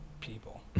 people